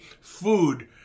food